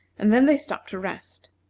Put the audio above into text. and then they stopped to rest.